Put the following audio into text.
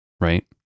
Right